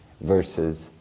Versus